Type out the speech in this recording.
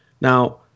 Now